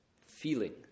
feeling